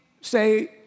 say